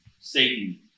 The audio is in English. Satan